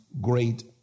great